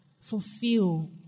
fulfill